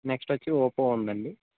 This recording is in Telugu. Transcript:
నెక్స్ట్ వచ్చి ఓపో ఉందండి